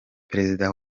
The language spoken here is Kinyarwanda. perezida